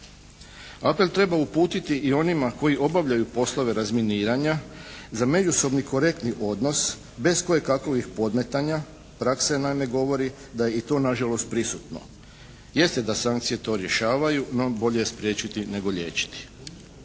Apel treba uputiti i onima koji obavljaju poslove razminiranja za međusobni korektni odnos bez kojekakovih podmetanja. Praksa naime govori da je i to nažalost prisutno. Jeste da sankcije to rješavaju no bolje spriječiti nego liječiti.